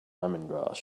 lemongrass